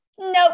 Nope